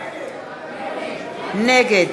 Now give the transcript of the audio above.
נגד